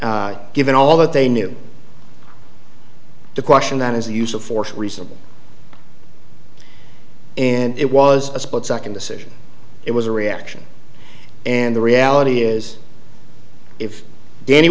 given all that they knew to question that is the use of force reasonable and it was a split second decision it was a reaction and the reality is if dan